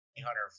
hunter